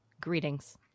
Greetings